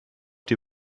die